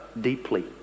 deeply